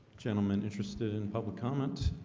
gentleman interested in public comments